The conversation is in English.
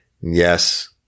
Yes